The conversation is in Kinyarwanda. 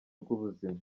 rw’ubuzima